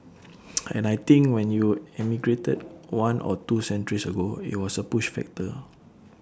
and I think when you emigrated one or two centuries ago IT was A push factor